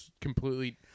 completely